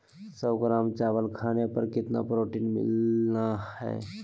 सौ ग्राम चावल खाने पर कितना प्रोटीन मिलना हैय?